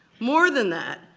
more than that,